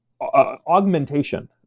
augmentation